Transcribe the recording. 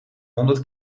honderd